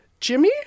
Jimmy